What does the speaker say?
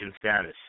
status